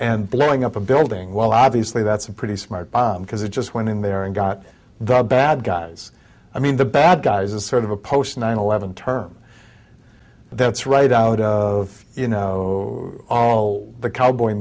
and blowing up a building well obviously that's a pretty smart bomb because they just went in there and got the bad guys i mean the bad guys a sort of a post nine eleven term that's right out of you know all the cowboy